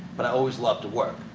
but i always loved to work.